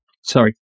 Sorry